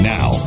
Now